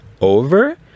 over